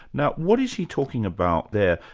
now what is he talking about there?